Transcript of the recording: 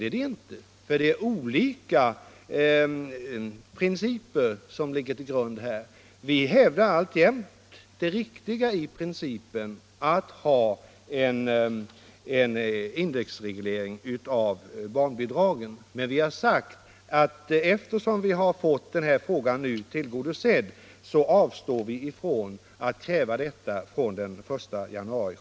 Nej, det är den inte, för det är olika principer som ligger till grund för de olika ställningstagandena här. Vi hävdar alltjämt det riktiga i principen att ha en indexreglering av barnbidragen, men vi har sagt att eftersom överenskommelse har träffats om höjning den 1 januari 1976 avstår vi från att kräva indexreglering från detta datum.